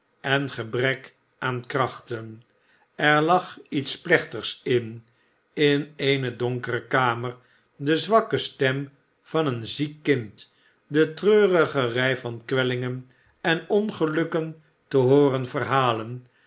en gebrek aan krachten er lag iets plechtigs in in eene donkere kamer de zwakke stem van een ziek kind de treurige rij van kwellingen en ongelukken te hooren verhalen